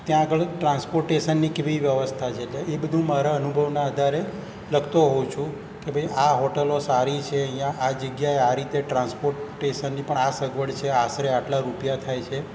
ત્યાં આગળ ટ્રાન્સપોર્ટેશનની કેવી વ્યવસ્થા છે તો એ બધું મારા અનુભવના આધારે લખતો હોઉં છું કે ભાઈ આ હોટલો સારી છે અહીંયા આ જગ્યાએ આ રીતે ટ્રાન્સપોર્ટેશનની પણ આ સગવડ છે આશરે આટલા રૂપિયા થાય છે